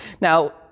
Now